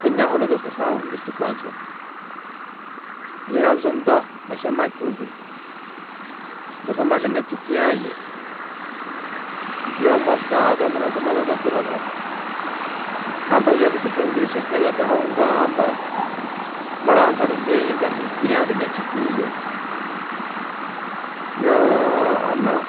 Kiñahulu du busahu hundu čûkã du yuna zunda asama čûuŋgu ni, busamma gunna čîtiã yê, yoo moska-ã ada munozamada ada dunoda, amba yodurku čoŋgî, šêrikada dahu hundaã amba mura ambadindîe yiŋgaldu dîne-ã gunna čîtĩ yê. Yoo, anna